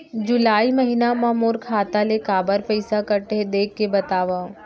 जुलाई महीना मा मोर खाता ले काबर पइसा कटे हे, देख के बतावव?